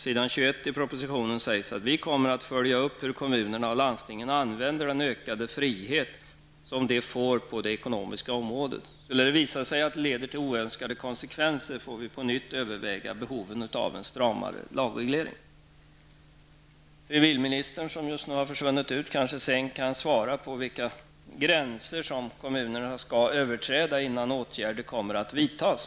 På s. 21 i propositionen sägs: ''Vi kommer att följa upp hur kommunerna och landstingen använder den ökade frihet som de får på det ekonomiska området. Skulle det visa sig att det leder till oönskade konsekvenser får vi på nytt överväga behovet av en stramare lagreglering.'' Civilministern -- som nu försvunnit ut -- kanske sedan kan svara på vilka gränser som kommunerna skall överträda innan åtgärder kommer att vidtas.